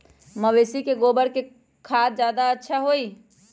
मवेसी के गोबर के खाद ज्यादा अच्छा होई?